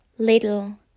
little